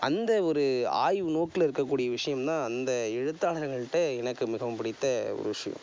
அந்த ஒரு ஆய்வு நோக்கில் இருக்கக்கூடிய விஷயம் தான் அந்த எழுத்தாளர்கள்கிட்ட எனக்கு மிகவும் பிடித்த ஒரு விஷயம்